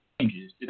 changes